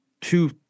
two